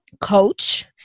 coach